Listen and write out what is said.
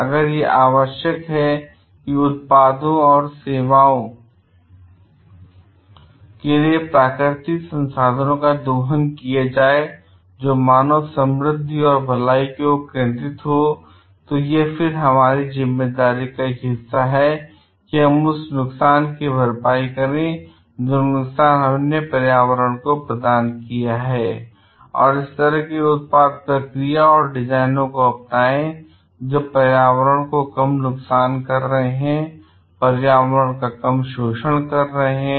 अगर यह आवश्यक है कि उत्पादों और सेवाओं के लिए प्राकृतिक संसाधनों का दोहन किया जाए जो मानव समृद्धि और भलाई की ओर केंद्रित हो तो यह फिर हम में से एक जिम्मेदारी का हिस्सा है कि हम उन नुकसान की भरपाई करें जो नुकसान हमने पर्यावरण को प्रदान किया है और इस तरह के उत्पाद प्रक्रिया अथवा डिजाइनों को अपनाएं जो पर्यावरण को कम नुकसान कर रहे हैं और पर्यावरण का कम शोषण कर रहे हैं